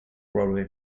broadway